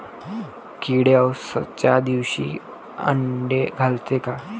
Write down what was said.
किडे अवसच्या दिवशी आंडे घालते का?